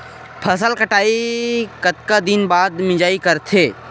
फसल कटाई के कतका दिन बाद मिजाई करथे?